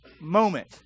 moment